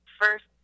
first